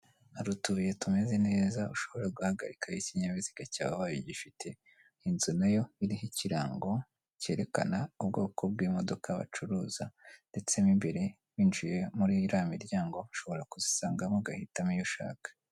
Hari utubuye tumeze neza ushobora guhagarikaho ikinyabiziga cyawe ubaye ugifite, inzu na yo iriho ikirango cyerekana ubwoko bw'imodoka bacuruza ndetse mo imbere winjiye, muri iriya miryango, ushobora kuzisangamo ugahitamo iyo ushaka.